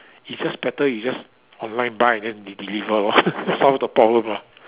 it's just better it's just online buy then deliver loh solve the problem lah